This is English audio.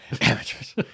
Amateurs